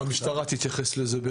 המשטרה תתייחס לזה.